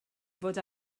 fod